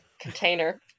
container